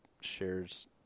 shares